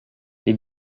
les